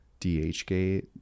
DHgate